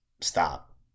Stop